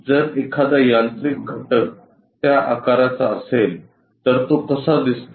जर एखादा यांत्रिक घटक त्या आकाराचा असेल तर तो कसा दिसतो